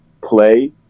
play